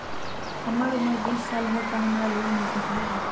हमर उमर बीस साल हाय का हमरा लोन मिल सकली ह?